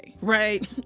right